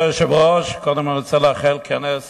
אדוני היושב-ראש, קודם כול, אני רוצה לאחל כנס